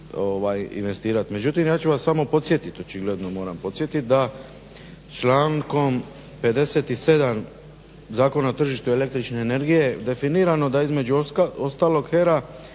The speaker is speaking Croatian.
Međutim ja ću vas samo podsjetiti, očigledno moram podsjetiti da člankom 57. Zakona o tržištu el.energije definirano da između ostalog HERA